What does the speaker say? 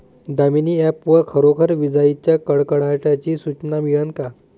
Damini app वर खरोखर विजाइच्या कडकडाटाची सूचना मिळन का?